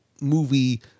movie